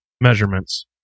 measurements